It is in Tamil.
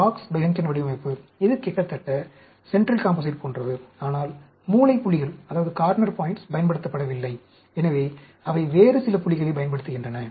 பாக்ஸ் பெஹன்கென் வடிவமைப்பு இது கிட்டத்தட்ட சென்ட்ரல் காம்போசைட் போன்றது ஆனால் மூலை புள்ளிகள் பயன்படுத்தப்படவில்லை எனவே அவை வேறு சில புள்ளிகளைப் பயன்படுத்துகின்றன